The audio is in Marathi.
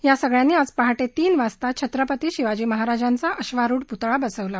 या सगळ्यांनी आज पहा वीन वाजता छत्रपती शिवाजी महाराजांचा अधारुढ पुतळा बसवला